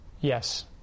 Yes